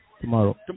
Tomorrow